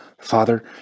Father